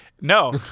no